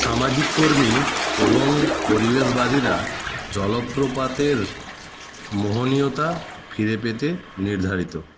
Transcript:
সামাজিক কর্মী এবং পরিবেশবাদীরা জলপ্রপাতের মোহনীয়তা ফিরে পেতে নির্ধারিত